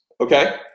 okay